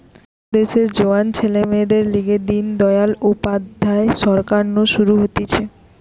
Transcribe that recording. দেশের জোয়ান ছেলে মেয়েদের লিগে দিন দয়াল উপাধ্যায় সরকার নু শুরু হতিছে